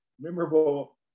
memorable